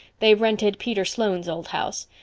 they've rented peter sloane's old house.